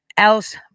else